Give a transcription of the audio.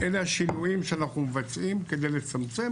אלה השינויים שאנחנו מבצעים כדי לצמצם,